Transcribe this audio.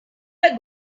were